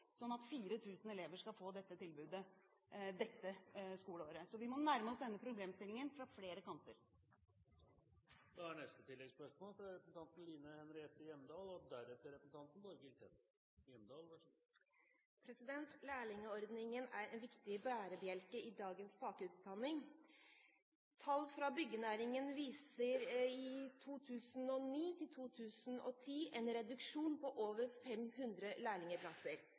sånn at 4 000 elever skal få tilbudet i dette skoleåret. Vi må nærme oss denne problemstillingen fra flere kanter. Line Henriette Hjemdal – til oppfølgingsspørsmål. Lærlingordningen er en viktig bærebjelke i dagens fagutdanning. Tall fra byggenæringen viser for 2009–2010 en reduksjon på over 500